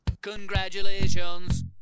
Congratulations